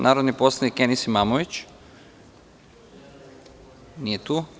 Narodni poslanik Enis Imamović takođe nije tu.